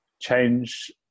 change